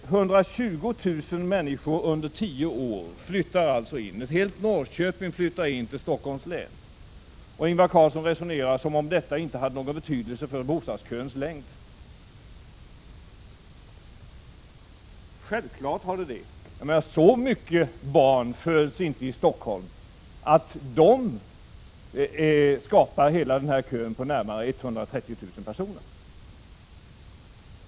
120 000 människor — lika många människor som bor i Norrköping — flyttar under tio år in till Stockholms län. Ingvar Carlsson resonerar som om detta inte hade någon betydelse för bostadsköns längd. Självfallet har det det. Så många barn föds inte i Stockholm att de skapar hela denna kö på närmare 130 000 personer.